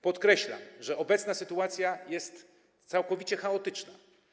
Podkreślam, że obecna sytuacja jest całkowicie chaotyczna.